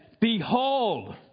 Behold